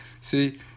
see